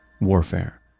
warfare